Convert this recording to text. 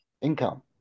income